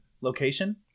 Location